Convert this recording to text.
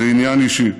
זה עניין אישי.